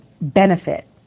benefit